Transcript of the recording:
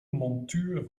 montuur